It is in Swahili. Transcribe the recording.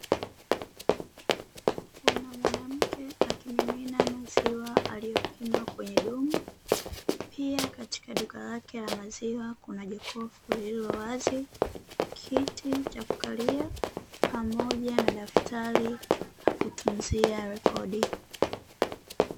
Kuna mwanamke akimimina maziwa aliyopima kwenye dumu, pia katika duka lake la maziwa kuna jokofu lililowazi, kiti cha kukalia pamoja na daftari la kutunzia rekodi.